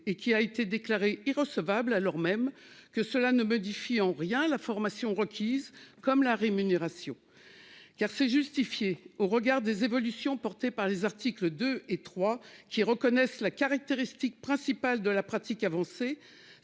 et qui a été déclarée irrecevable alors même que cela ne modifie en rien la formation requise, comme la rémunération. Qui a fait justifiée au regard des évolutions porté par les articles 2 et 3 qui reconnaissent la caractéristique principale de la pratique avancée